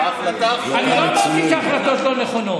ההחלטה האחרונה,